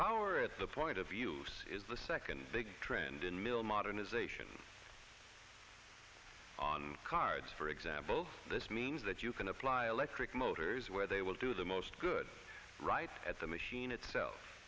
fower at the point of use is the second big trend in mill modernization on cars for example this means that you can apply electric motors where they will do the most good right at the machine itself